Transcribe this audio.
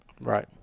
Right